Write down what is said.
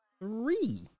three